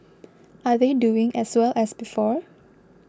are they doing as well as before